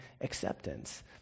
acceptance